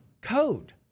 code